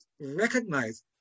recognize